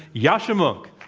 yascha mounk.